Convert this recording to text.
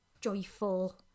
joyful